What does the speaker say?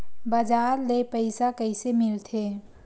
बजार ले पईसा कइसे मिलथे?